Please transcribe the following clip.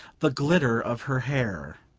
the glitter of her hair,